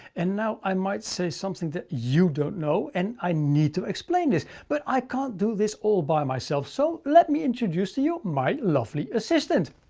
and now i might say something that you don't know and i need to explain it, but i can't do this all by myself. so let me introduce to you my lovely assistant,